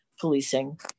policing